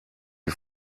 die